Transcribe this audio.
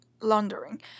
laundering